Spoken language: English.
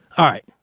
alright.